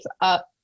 up